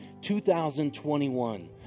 2021